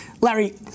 Larry